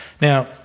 Now